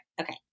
okay